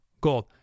gold